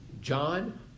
John